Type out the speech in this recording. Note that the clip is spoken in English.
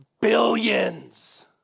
Billions